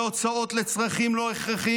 בהוצאות לצרכים לא הכרחיים,